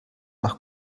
nach